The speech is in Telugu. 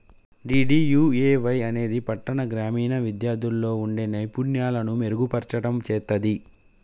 డీ.డీ.యూ.ఏ.వై అనేది పట్టాణ, గ్రామీణ విద్యార్థుల్లో వుండే నైపుణ్యాలను మెరుగుపర్చడం చేత్తది